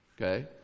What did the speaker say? Okay